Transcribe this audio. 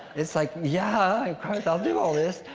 it's like, yeah, of course i'll do all this!